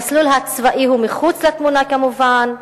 המסלול הצבאי הוא מחוץ לתמונה, כמובן,